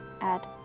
add